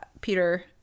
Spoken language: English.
Peter